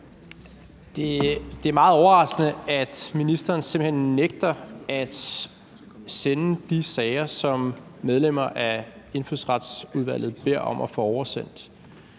Det er meget overraskende, at ministeren simpelt hen nægter at sende de sager, som medlemmer af Indfødsretsudvalget beder om at få oversendt.